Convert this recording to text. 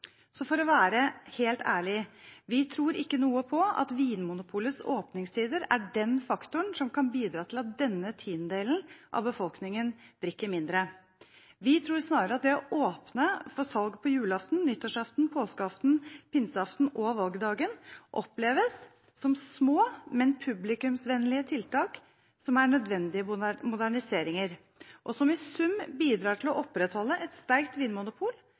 For å være helt ærlig: Vi tror ikke noe på at Vinmonopolets åpningstider er den faktoren som kan bidra til at denne tiendedelen av befolkningen drikker mindre. Vi tror snarere at det å åpne for salg på julaften, nyttårsaften, påskeaften, pinseaften og valgdagen oppleves som små, men publikumsvennlige tiltak som er nødvendige moderniseringer, og som i sum bidrar til å opprettholde et sterkt vinmonopol,